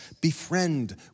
befriend